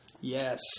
Yes